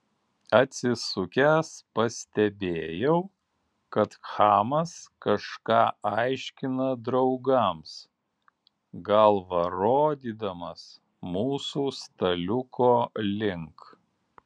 atsisukęs pastebėjau kad chamas kažką aiškina draugams galva rodydamas mūsų staliuko link